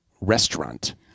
restaurant